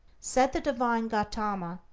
said the divine gautama,